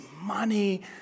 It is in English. money